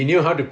ya